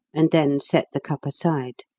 and then set the cup aside.